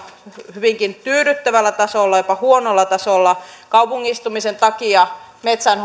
hyvinkin tyydyttävällä tasolla jopa huonolla tasolla kaupungistumisen takia metsän